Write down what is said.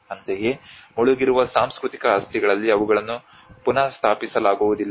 ಅಂತೆಯೇ ಮುಳುಗಿರುವ ಸಾಂಸ್ಕೃತಿಕ ಆಸ್ತಿಗಳಲ್ಲಿ ಅವುಗಳನ್ನು ಪುನಃಸ್ಥಾಪಿಸಲಾಗುವುದಿಲ್ಲ